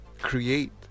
create